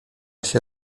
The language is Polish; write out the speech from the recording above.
się